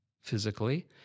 physically